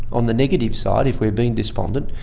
on the negative side, if we're being despondent,